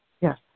Yes